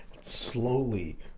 Slowly